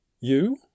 You